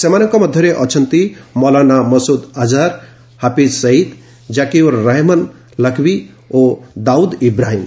ସେମାନଙ୍କ ମଧ୍ୟରେ ଅଛନ୍ତି ମୌଲାନା ମସୁଦ ଆଝାର ହାଫିଜ୍ ସଇଦି ଜାକିଉର୍ ରେହମାନ ଲଖଭି ଓ ଦାଉଦ୍ ଇବ୍ରାହିମ୍